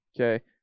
okay